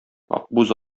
акбүз